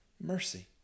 mercy